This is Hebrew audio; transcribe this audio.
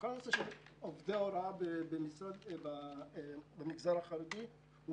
כל נושא עובדי ההוראה במגזר החרדי הוא